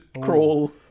crawl